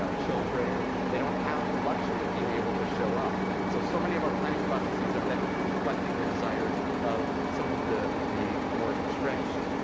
ah children. they don't have the luxury of being able to show up. and so so many of our planning processes are then reflecting the desires of some of the the more entrenched